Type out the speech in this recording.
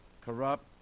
corrupt